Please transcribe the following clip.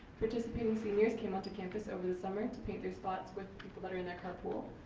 participating seniors came out to campus over the summer to paint their stops with people that are in their carpool.